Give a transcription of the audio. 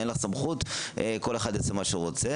אין לך סמכות כל אחד יעשה מה שהוא רוצה.